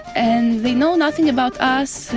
and they know nothing about us,